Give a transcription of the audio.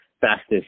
fastest